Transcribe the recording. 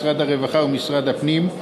משרד הרווחה ומשרד הפנים,